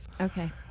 okay